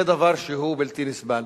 זה דבר שהוא בלתי נסבל.